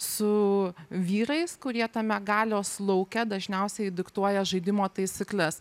su vyrais kurie tame galios lauke dažniausiai diktuoja žaidimo taisykles